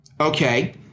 Okay